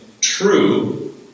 true